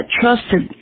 trusted